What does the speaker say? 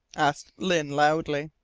asked lyne loudly.